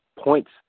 points